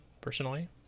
personally